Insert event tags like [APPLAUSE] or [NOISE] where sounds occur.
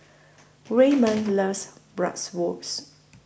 Waymon [NOISE] loves Bratwurst